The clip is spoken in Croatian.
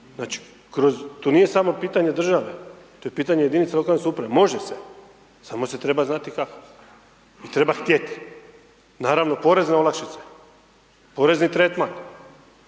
Znači kroz, to nije samo pitanje države, to je pitanje jedinica lokale samouprave. Može se, samo se treba znati kako i treba htjeti. Naravno porazne olakšice, porezni tretman.